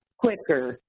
quicker,